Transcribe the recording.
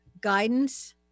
guidance